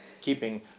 keeping